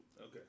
Okay